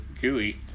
gooey